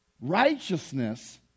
righteousness